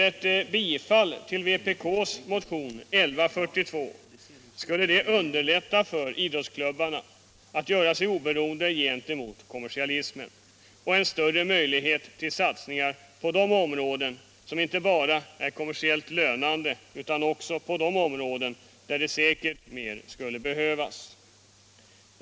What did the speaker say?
Ett bifall till vpk:s motion 1142 skulle underlätta för idrottsklubbarna att göra sig oberoende gentemot kommersialismen och ge en större möjlighet till satsningar inte bara på de områden som är kommersiellt lönande utan också på sådana där de säkert mer skulle behövas.